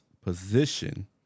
position